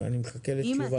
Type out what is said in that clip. אני מחכה לתשובה.